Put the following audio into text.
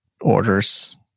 orders